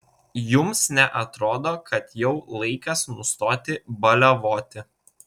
jums neatrodo kad jau laikas nustoti baliavoti